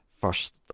first